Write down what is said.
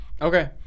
Okay